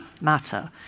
matter